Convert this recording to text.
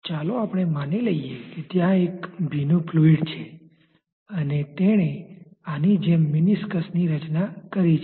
ચાલો આપણે માની લઇએ કે ત્યાં એક ભીનુ ફ્લુઈડ છે અને તેણે આની જેમ મેનિસ્કસ ની રચના કરી છે